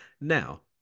Now